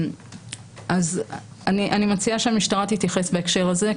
אז אני מציעה שהמשטרה תתייחס בהקשר הזה,